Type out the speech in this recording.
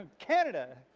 canada!